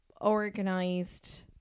organized